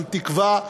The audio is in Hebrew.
גם תקווה,